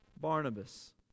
Barnabas